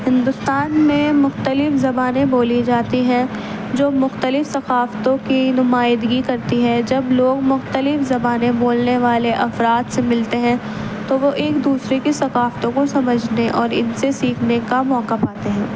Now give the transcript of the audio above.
ہندوستان میں مختلف زبانیں بولی جاتی ہیں جو مختلف ثقافتوں کی نمائندگی کرتی ہیں جب لوگ مختلف زبانیں بولنے والے افراد سے ملتے ہیں تو وہ ایک دوسرے کی ثقافتوں کو سمجھنے اور ان سے سیکھنے کا موقع پاتے ہیں